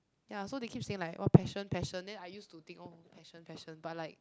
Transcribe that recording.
ya so they keep saying like !wah! passion passion then I use to think oh passion passion but like